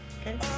okay